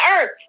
earth